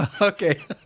Okay